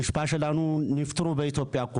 המשפחה שלנו כולם נפטרו באתיופיה.